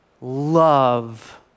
love